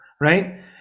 right